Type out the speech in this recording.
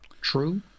true